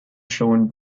shown